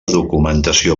documentació